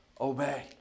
obey